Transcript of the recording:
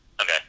okay